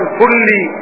fully